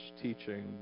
teaching